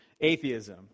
atheism